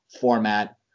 format